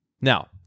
Now